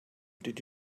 did